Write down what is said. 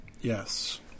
Yes